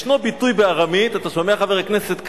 ישנו ביטוי בארמית, אתה שומע, חבר הכנסת כץ,